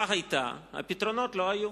הנוסחה היתה, הפתרונות לא היו.